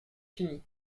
finis